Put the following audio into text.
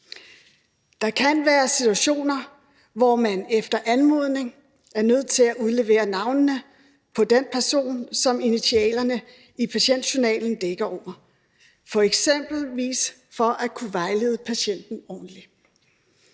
Der kan være situationer, hvor man efter anmodning er nødt til at udlevere navnet på den person, som initiativerne i patientjournalen dækker over, for eksempel for at kunne vejlede patienten ordentligt.